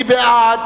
מי בעד